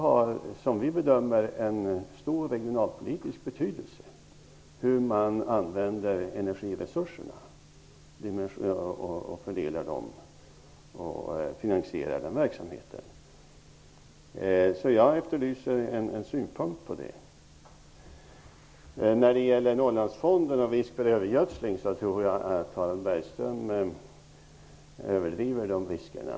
Hur man använder, dimensionerar och fördelar energiresurserna och finansierar den verksamheten har, som vi bedömer saken, stor regionalpolitisk betydelse. Därför efterlyser jag Harald Bergströms synpunkter här. När det gäller Norrlandsfonden och det som Harald Bergström sade om risk för övergödsling vill jag säga att jag tror att han överdriver riskerna.